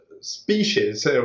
species